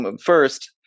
first